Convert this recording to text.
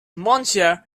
monsieur